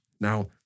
now